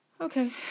Okay